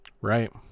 Right